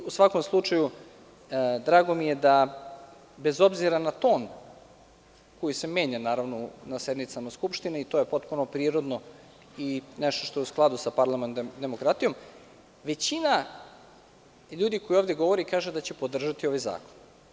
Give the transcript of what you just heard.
U svakom slučaju, drago mi je da, bez obzira na ton koji se menja na sednicama Skupštine i to je potpuno prirodno i nešto što je u skladu sa parlamentarnom demokratijom, većina ljudi koja ovde govori kaže da će podržati ovaj zakon.